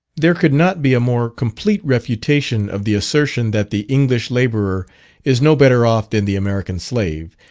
there could not be a more complete refutation of the assertion that the english labourer is no better off than the american slave,